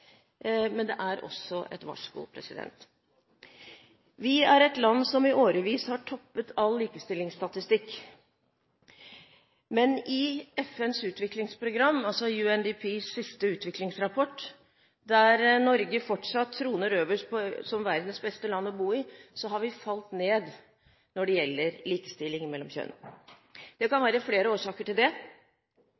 men det er også et varsko. Vi er et land som i årevis har toppet all likestillingsstatistikk, men i FNs utviklingsprogram – altså UNDPs siste utviklingsrapport – der Norge fortsatt troner øverst som verdens beste land å bo i, har vi falt ned når det gjelder likestilling mellom kjønn. Det kan